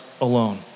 alone